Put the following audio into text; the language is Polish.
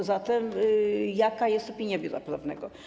A zatem jaka jest opinia biura prawnego?